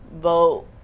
vote